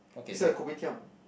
is that a kopitiam